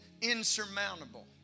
Insurmountable